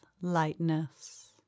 lightness